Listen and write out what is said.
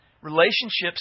Relationships